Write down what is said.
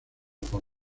por